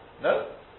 No